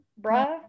bruh